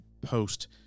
post